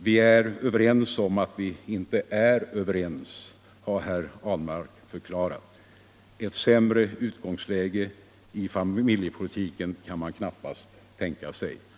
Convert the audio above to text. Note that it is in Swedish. ”Vi är överens om att vi inte är överens”, har herr Ahlmark förklarat. Ett sämre utgångsläge i familjepolitiken kan man knappast tänka sig.